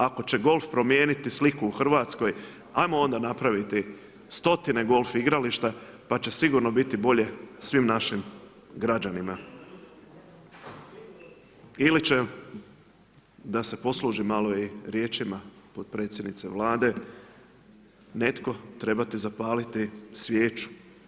Ako će golf promijeniti sliku u Hrvatskoj ajmo onda napraviti stotine golf igrališta pa će sigurno biti bolje svim našim građanima ili će da se poslužim malo i riječima potpredsjednice Vlade, netko trebati zapaliti svijeću.